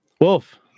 Wolf